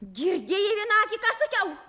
girdėjai vienaaki ką sakiau